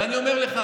ואני אומר לך,